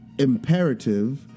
imperative